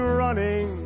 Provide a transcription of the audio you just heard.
running